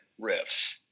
riffs